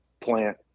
plant